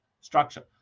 structure